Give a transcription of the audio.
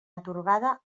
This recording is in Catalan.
atorgada